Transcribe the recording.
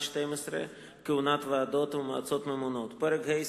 12 (כהונת ועדות ומועצות ממונות); פרק ה',